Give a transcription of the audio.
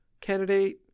candidate